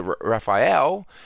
Raphael